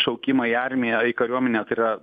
šaukimą į armiją į kariuomenę tai yra